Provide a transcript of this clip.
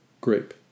grape